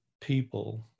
people